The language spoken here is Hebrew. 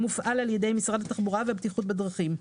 המופעל על ידי משרד התחבורה והבטיחות בדרכים.